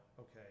okay